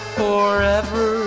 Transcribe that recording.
forever